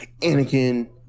Anakin